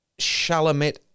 Shalomit